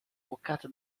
boccata